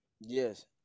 Yes